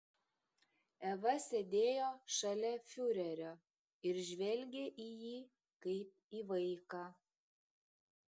eva sėdėjo šalia fiurerio ir žvelgė į jį kaip į vaiką